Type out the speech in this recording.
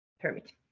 permit